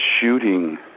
shooting